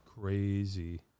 Crazy